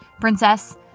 princess